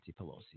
Pelosi